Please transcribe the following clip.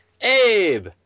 Abe